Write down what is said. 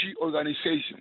Organization